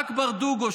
רק ברדוגו,